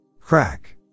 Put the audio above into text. Crack